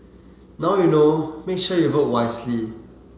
now you know make sure you vote wisely